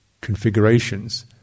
configurations